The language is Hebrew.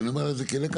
ואני אומר את זה מהעבר,